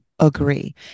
Agree